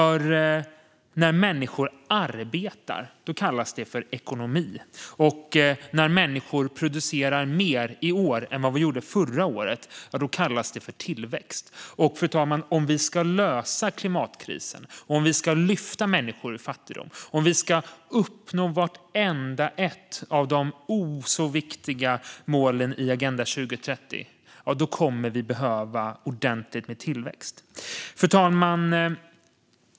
När människor arbetar kallas det nämligen ekonomi, och när människor producerar mer i år än vi gjorde förra året kallas det tillväxt. Och, fru talman, om vi ska lösa klimatkrisen, lyfta människor ur fattigdom och uppnå vartenda ett av de så viktiga målen i Agenda 2030 kommer vi att behöva ordentligt med tillväxt. Fru talman!